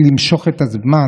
במקום הפנוי של סיעת העבודה.